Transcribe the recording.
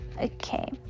Okay